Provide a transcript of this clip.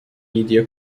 media